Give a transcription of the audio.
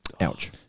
Ouch